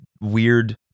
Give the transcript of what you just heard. weird